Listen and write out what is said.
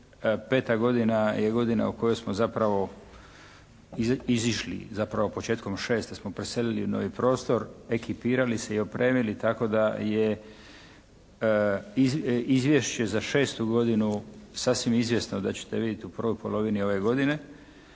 Peta godina je godina u kojoj smo zapravo izašli, zapravo početkom 2006. smo preselili u novi prostor, ekipirali se i opremili. Tako da je izvješće za 2006. godinu sasvim izvjesno da ćete vidjeti u prvoj polovini ove godine.